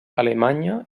alemanya